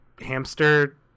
hamster